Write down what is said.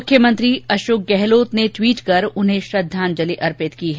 मुख्यमंत्री अशोक गहलोत ने ट्वीट कर उन्हें श्रृद्धांजलि अर्पित की है